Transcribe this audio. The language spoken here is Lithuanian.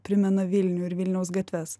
primena vilnių ir vilniaus gatves